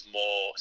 more